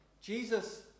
Jesus